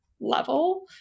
level